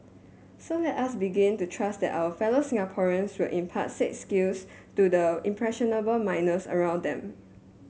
so let us begin to trust that our fellow Singaporeans will impart said skills to the impressionable minors around them